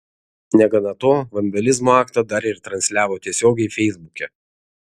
negana to vandalizmo aktą dar ir transliavo tiesiogiai feisbuke